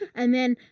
and then,